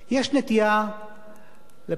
יש נטייה לפרלמנטרים,